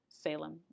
Salem